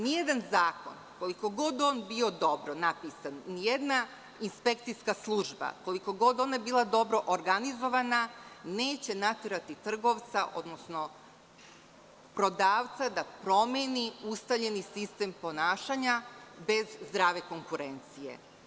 Ni jedan zakon koliko god on bio dobro napisan, ni jedna inspekcijska služba koliko god ona bila dobro organizovana neće naterati trgovca, odnosno prodavca da promeni ustaljeni sistem ponašanja bez zdrave konkurencije.